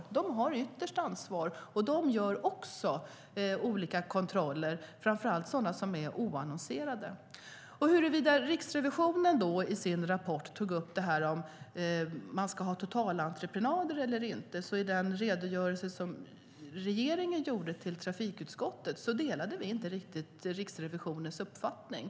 Trafikverket har det yttersta ansvaret, och verket gör också kontroller - framför allt oannonserade kontroller. Riksrevisionen tog i sin rapport upp frågan om totalentreprenader eller inte. I den redogörelse som regeringen lämnade till trafikutskottet framgick att regeringen inte riktigt delade Riksrevisionens uppfattning.